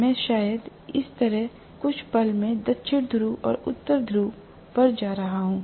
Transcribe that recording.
मैं शायद इस तरह कुछ पल में दक्षिण ध्रुव और उत्तरी ध्रुव पर जा रहा हूं